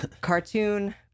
cartoon